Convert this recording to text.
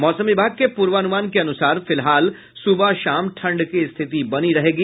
मौसम विभाग के पूर्वानुमान के अनुसार फिलहाल सुबह शाम ठंड की स्थिति बनी रहेगी